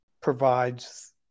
provides –